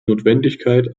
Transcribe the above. notwendigkeit